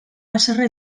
haserre